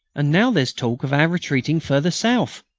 and now there's talk of our retreating further south.